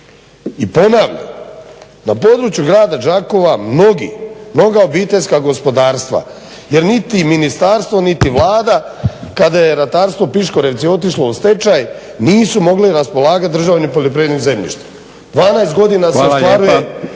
I ponavljam, na području Grada Đakova mnogi, mnoga obiteljska gospodarstva jer niti Ministarstvo niti Vlada kada je Ratarstvo Piškorevci otišlo u stečaj, nisu mogli raspolagat državnim poljoprivrednim zemljištem. 12 godina se ostvaruje…